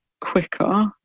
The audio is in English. quicker